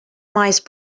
mice